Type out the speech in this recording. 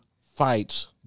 fights